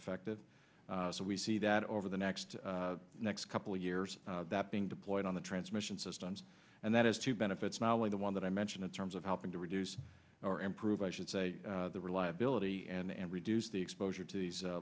effective so we see that over the next next couple of years that being deployed on the transmission systems and that is to benefits not only the one that i mentioned in terms of helping to reduce or improve i should say the reliability and reduce the exposure to these